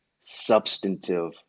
substantive